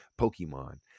pokemon